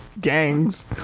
gangs